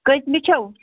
کٔژِمہِ چھو